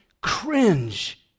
cringe